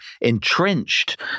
entrenched